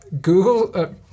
Google –